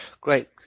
Great